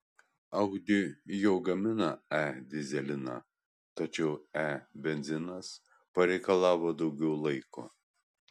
audi jau gamina e dyzeliną tačiau e benzinas pareikalavo daugiau laiko